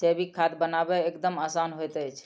जैविक खाद बनायब एकदम आसान होइत छै